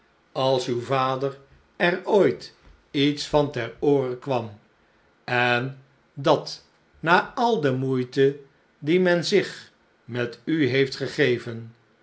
als uw vader er ooit iets van ter oore kwam en dat na al de moeite die men zich met u heeft gegeven